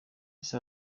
ese